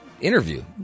interview